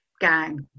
gang